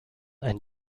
and